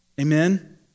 Amen